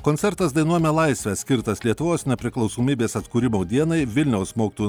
koncertas dainuojame laisvę skirtas lietuvos nepriklausomybės atkūrimo dienai vilniaus mokytojų